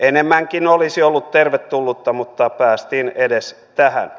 enemmänkin olisi ollut tervetullutta mutta päästiin edes tähän